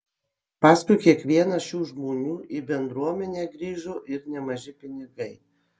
paskui kiekvieną šių žmonių į bendruomenę grįžo ir nemaži pinigai